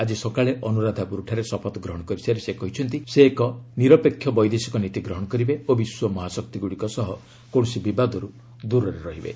ଆଜି ସକାଳେ ଅନ୍ତରାଧାପ୍ରରାଠାରେ ଶପଥ ଗ୍ରହଣ କରିସାରି ସେ କହିଛନ୍ତି ସେ ଏକ ନିରପେକ୍ଷ ବୈଦେଶିକ ନୀତି ଗ୍ରହଣ କରିବେ ଓ ବିଶ୍ୱ ମହାଶକ୍ତିଗୁଡ଼ିକ ସହ କୌଣସି ବିବାଦରୁ ଦୂରରେ ରହିବେ